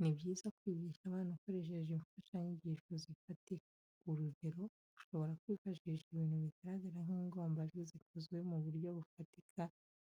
Ni byiza kwigisha abana ukoresheje imfashanyigisho z'ifatika. Urugero, ushobora kwifashisha ibintu bigaragara nk'ingombajwi zikoze mu buryo bufatika